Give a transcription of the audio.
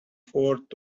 forth